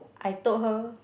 I told her